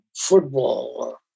Football